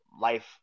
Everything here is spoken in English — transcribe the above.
life